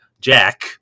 Jack